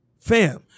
fam